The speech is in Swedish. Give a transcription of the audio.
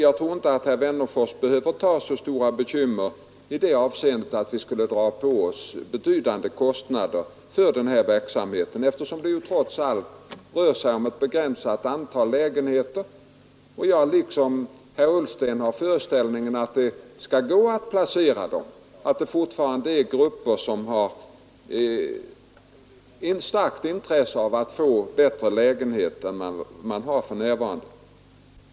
Jag tror inte att herr Wennerfors behöver ha så stora bekymmer för att vi skulle dra på oss betydande kostnader för just den här långivningen. Trots allt rör det sig om ett begränsat antal lägenheter, och jag tror — liksom herr Ullsten — att det skall gå att placera dem, att det fortfarande finns grupper som har stort intresse av att få bättre lägenheter än man för närvarande har.